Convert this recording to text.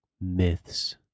myths